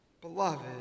beloved